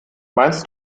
meinst